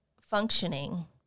functioning